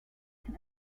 can